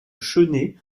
chênaie